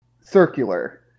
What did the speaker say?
circular